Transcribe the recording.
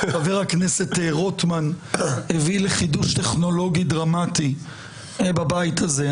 חבר הכנסת רוטמן הביא לחידוש טכנולוגי דרמטי בבית הזה,